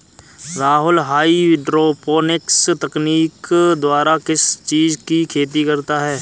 Rahul hydroponics तकनीक द्वारा किस चीज की खेती करता है?